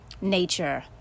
Nature